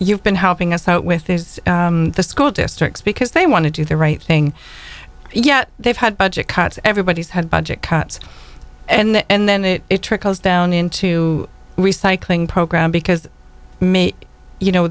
you've been helping us out with these school districts because they want to do the right thing yet they've had budget cuts everybody's had budget cuts and then it trickles down into the recycling program because you know